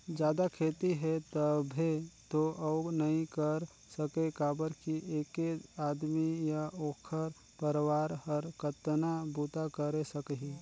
जादा खेती हे तभे तो अउ नइ कर सके काबर कि ऐके आदमी य ओखर परवार हर कतना बूता करे सकही